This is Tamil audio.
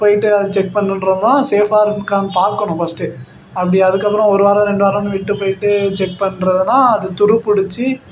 போய்விட்டு அதை செக் பண்ணுன்றதெல்லாம் சேஃப்பாக இருக்கான்னு பார்க்கணும் ஃபஸ்ட்டு அப்படி அதுக்கப்புறோம் ஒரு வாரம் ரெண்டு வாரன்னு விட்டுப் போயிட்டு செக் பண்ணுறதுனா அது துருப்புடிச்சு